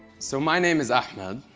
so my name is ahmed.